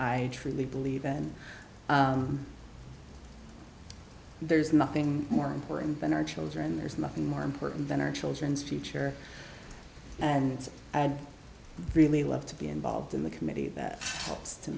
i truly believe and there's nothing more important than our children there's nothing more important than our children's future and it's i'd really love to be involved in the committee that helps to